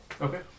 Okay